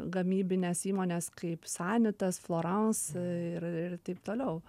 gamybinės įmonės kaip sanitas florans ir ir taip toliau